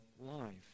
life